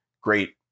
great